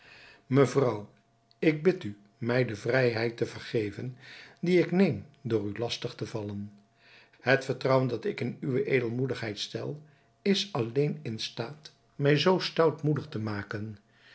mevrouw ik bid u mij de vrijheid te vergeven die ik neem door u lastig te vallen het vertrouwen dat ik in uwe edelmoedigheid stel is alleen in staat mij zoo stoutmoedig te maken